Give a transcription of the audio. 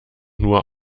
nur